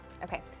Okay